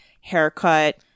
haircut